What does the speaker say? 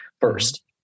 first